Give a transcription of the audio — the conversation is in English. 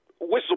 whistle